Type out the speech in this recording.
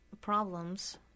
problems